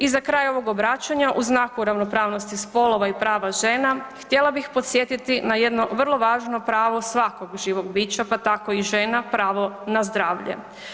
I za kraj ovog obraćanja u znaku ravnopravnosti spolova i prava žena htjela bih podsjetiti na jedno vrlo važno pravo svakog živog bića, pa tako i žena, pravo na zdravlje.